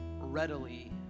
readily